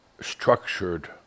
structured